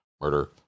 murder